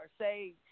say